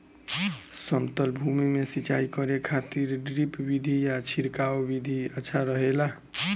समतल भूमि में सिंचाई करे खातिर ड्रिप विधि या छिड़काव विधि अच्छा रहेला?